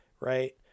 right